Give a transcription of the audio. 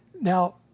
Now